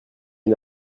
une